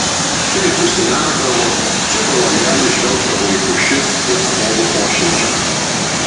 čia jis užsimerkdavo čia pro langelį žvelgdavo į pušis ties stogu ošiančias